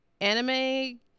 anime